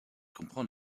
comprend